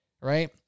right